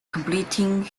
completing